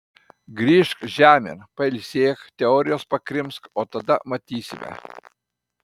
grįžk žemėn pailsėk teorijos pakrimsk o tada matysime